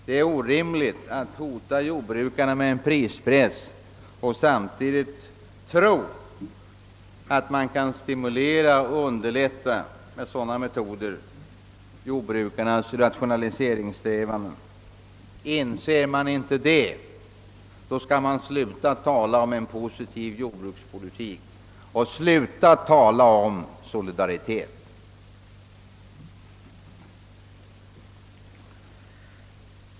Det är orimligt att hota jordbrukarna med en prispress och samtidigt tro att man med sådana metoder kan stimulera och underlätta jordbrukarnas rationaliseringssträvanden. Inser man inte detta, skall man sluta att tala om en positiv jordbrukspolitik och sluta med att tala om solidaritet.